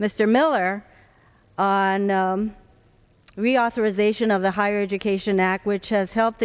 mr miller on reauthorization of the higher education act which has helped the